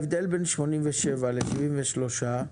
ההבדל בין 87% ל-73%,